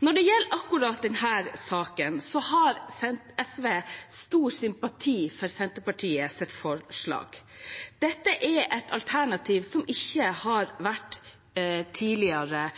Når det gjelder akkurat denne saken, har SV stor sympati med Senterpartiets forslag. Dette er et alternativ som ikke har vært utredet tidligere,